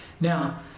Now